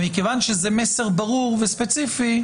ומכיוון שזה מסר ברור וספציפי,